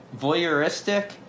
voyeuristic